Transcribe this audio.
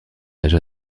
âge